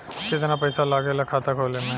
कितना पैसा लागेला खाता खोले में?